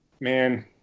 man